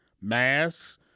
Masks